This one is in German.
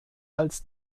als